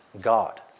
God